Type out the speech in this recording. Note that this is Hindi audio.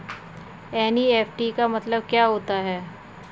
एन.ई.एफ.टी का मतलब क्या होता है?